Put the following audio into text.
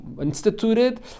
instituted